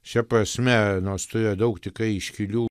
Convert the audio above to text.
šia prasme nustoja daug tikrai iškilių